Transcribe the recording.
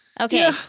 Okay